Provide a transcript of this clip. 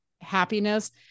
happiness